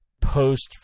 post